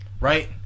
right